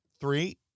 Three